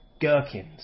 gherkins